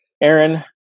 Aaron